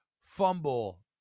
fumble